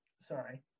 Sorry